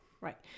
Right